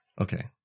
Okay